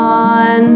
on